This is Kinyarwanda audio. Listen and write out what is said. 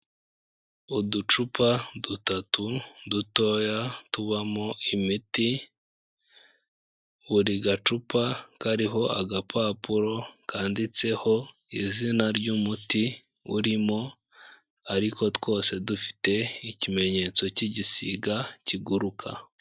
Uducupa dutatu dutoya tubamo imiti, buri gacupa kariho agapapuro kanditseho izina ry'umuti urimo ariko twose dufite ikimenyetso cy'igisiga kiguruka.